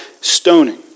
stoning